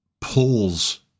pulls